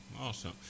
Awesome